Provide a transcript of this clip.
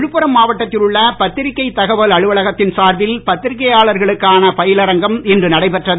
விழுப்புரம் மாவட்டத்தில் உள்ள பத்திரிக்கை தகவல் அலுவலகத்தின் சார்பில் பத்திரிக்கையாளர்களுக்கான பயிலரங்கம் இன்று நடைபெற்றது